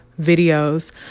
videos